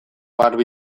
garbi